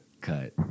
cut